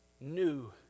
new